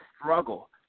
struggle